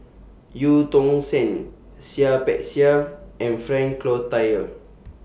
EU Tong Sen Seah Peck Seah and Frank Cloutier